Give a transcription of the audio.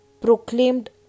proclaimed